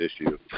issue